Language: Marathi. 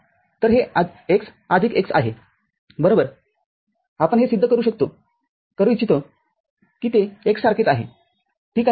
तर हे x आदिक x आहे बरोबर आपण हे सिद्ध करू इच्छितो की ते x सारखेच आहे ठीक आहे